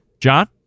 John